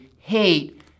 Hate